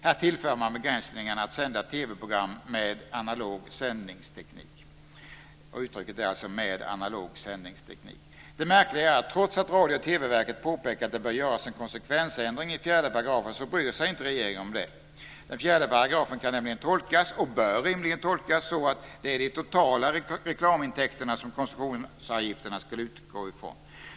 Här tillför man begränsningen att sända TV-program med analog sändningsteknik. Uttrycket är alltså "med analog sändningsteknik". Det märkliga är att trots att Radio och TV-verket påpekat att det bör göras en konsekvensändring i 4 § bryr sig inte regeringen om det. 4 § kan nämligen tolkas, och bör rimligen tolkas, så att det är de totala reklamintäkterna som koncessionsavgifterna ska utgå ifrån.